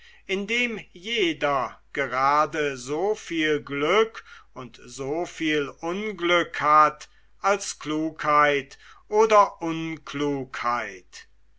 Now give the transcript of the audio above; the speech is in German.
indem jeder gerade so viel glück und so viel unglück hat als klugheit oder